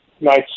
nice